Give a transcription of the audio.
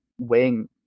weighing